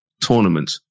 tournament